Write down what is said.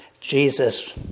Jesus